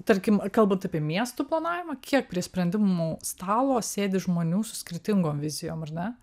tarkim kalbant apie miestų planavimą kiek prie sprendimų stalo sėdi žmonių su skirtingom vizijom ar ne